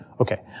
Okay